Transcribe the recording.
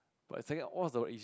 but the second what's the word it